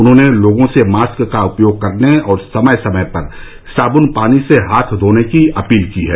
उन्होंने लोगों से मास्क का उपयोग करने और समय समय पर साबून पानी से हाथ धोने की अपील की है